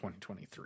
2023